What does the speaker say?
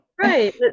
right